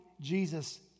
Jesus